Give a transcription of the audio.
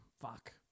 Fuck